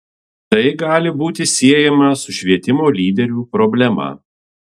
tai gali būti siejama su švietimo lyderių problema